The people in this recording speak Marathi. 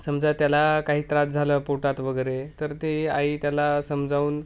समजा त्याला काही त्रास झालं पोटात वगैरे तर ते आई त्याला समजावून